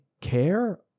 care